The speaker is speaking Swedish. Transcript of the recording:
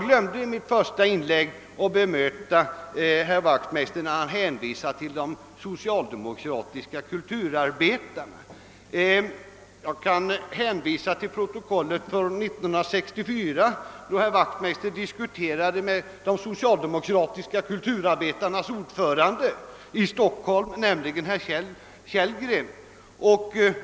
I mitt första inlägg glömde jag bemöta herr Wachtmeister när han refererade till de socialdemokratiska kulturarbetarna. Jag kan hänvisa till riksdagens protokoll från år 1964, då herr Wachtmeister diskuterade med de socialdemokratiska kulturarbetarnas ordförande i Stockholm, nämligen herr Kellgren.